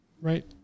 right